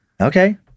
Okay